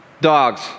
dogs